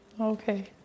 Okay